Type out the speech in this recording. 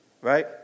Right